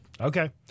Okay